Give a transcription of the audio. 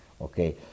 okay